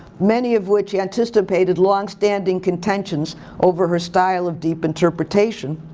many of which anticipated long standing contentions over her style of deep interpretation.